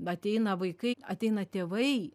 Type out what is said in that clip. ateina vaikai ateina tėvai